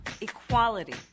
equality